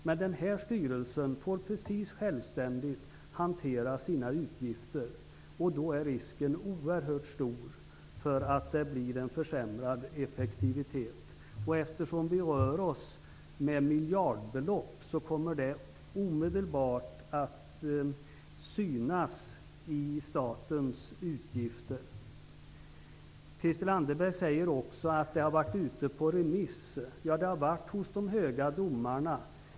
Men den här styrelsen får precis självständigt hantera sina utgifter, och då är risken oerhört stor att det blir en försämrad effektivitet. Eftersom vi rör oss med miljardbelopp, kommer det också omedelbart att synas i statens utgifter. Christel Anderberg säger också att förslaget har varit ute på remiss. Ja, det har varit hos de höga domarna.